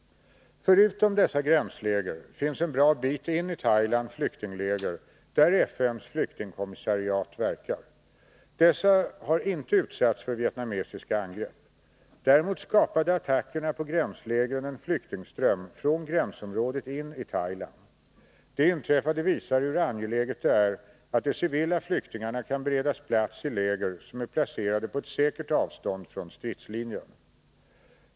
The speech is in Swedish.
Förutom dessa gränsläger finns en bra bit in i Thailand flyktingläger där FN:s flyktingkommissariat verkar. Dessa har inte utsatts för vietnamesiska angrepp. Däremot skapade attackerna på gränslägren en flyktingström från gränsområdet in i Thailand. Det inträffade visar hur angeläget det är att de civila flyktingarna kan beredas plats i läger som är placerade på ett säkert avstånd från stridslinjen.